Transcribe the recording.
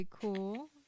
cool